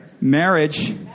Marriage